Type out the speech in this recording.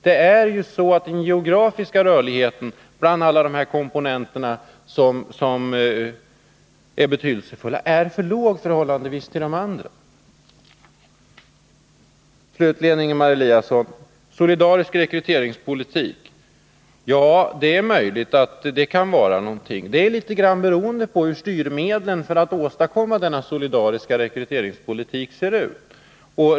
Den geografiska rörligheten är för låg i förhållande till de andra komponenter som är betydelsefulla i detta sammanhang. Slutligen, Ingemar Eliasson: Det är möjligt att solidarisk rekryteringspolitik är någonting att fundera på. Det beror på hur styrmedlen för att åstadkomma den ser ut.